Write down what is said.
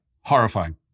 Horrifying